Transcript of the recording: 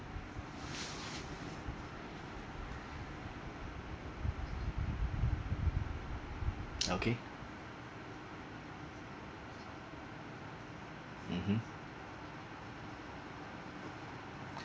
okay mmhmm